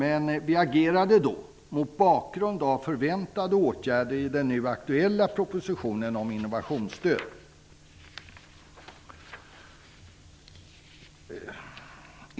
Men vi agerade då mot bakgrund av förväntade åtgärder som presenteras i den nu aktuella propositionen om innovationsstöd.